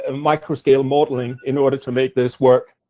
and microscale modeling, in order to make this work.